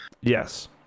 Yes